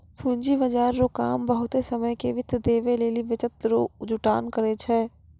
पूंजी बाजार रो काम बहुते समय के वित्त देवै लेली बचत रो जुटान करै छै